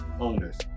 owners